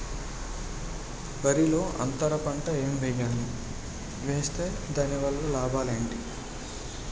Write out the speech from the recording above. వరిలో అంతర పంట ఎం వేయాలి? వేస్తే దాని వల్ల లాభాలు ఏంటి?